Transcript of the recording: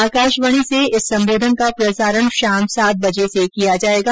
आकाशवाणी से इस संबोधन का प्रसारण शाम सात बजे से किया जायेगा